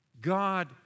God